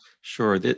Sure